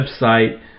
website